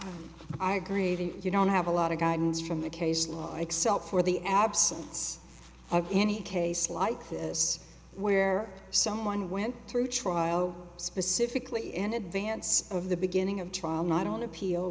you i agree that you don't have a lot of guidance from the case law except for the absence of any case like this where someone went through a trial specifically in advance of the beginning of trial not on appeal